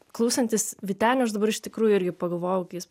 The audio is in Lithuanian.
klausantis vytenio aš dabar iš tikrųjų irgi pagalvojau kai jis